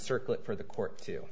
circle it for the court to